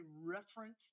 reference